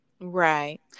right